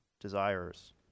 desires